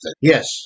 Yes